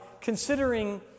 considering